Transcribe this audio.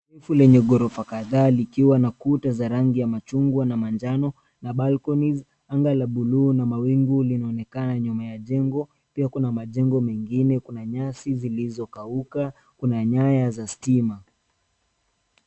Refu lenye ghorofa kadhaa zikiwa na kuta za rangi ya machungwa na manjano na balconies . Anga la buluu na mawingu linaonekana nyuma ya jengo. Pia kuna majengo mengine Kuna nyasi zilizokauka. Kuna nyaya za stima.